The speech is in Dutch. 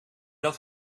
dat